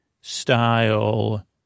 style